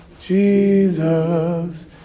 Jesus